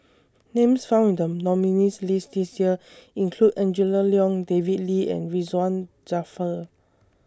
Names found in The nominees' list This Year include Angela Liong David Lee and Ridzwan Dzafir